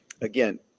again